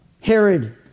Herod